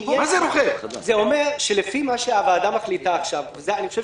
זה אומר שלפי מה שהוועדה מחליטה עכשיו אני חושב